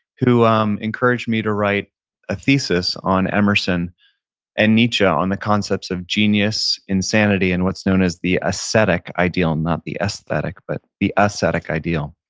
who um encouraged me to write a thesis on emerson and nietzsche on the concepts of genius, insanity, and what's known as the ascetic ideal, not the aesthetic, but the ascetic ideal,